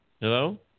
hello